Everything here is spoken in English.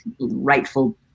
rightful